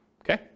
Okay